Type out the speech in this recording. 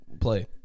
play